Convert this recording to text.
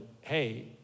Hey